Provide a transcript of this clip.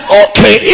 okay